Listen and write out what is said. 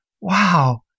wow